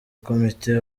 komite